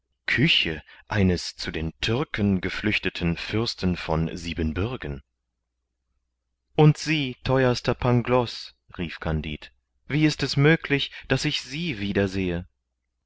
küche eines zu den türken geflüchteten fürsten von siebenbürgen und sie theuerster pangloß rief kandid wie ist es möglich daß ich sie wiedersehe